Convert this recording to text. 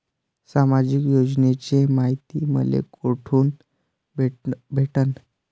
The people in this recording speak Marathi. सामाजिक योजनेची मायती मले कोठून भेटनं?